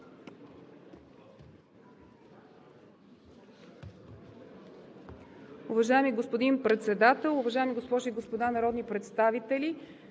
Уважаеми господин Председател, уважаеми госпожи и господа народни представители!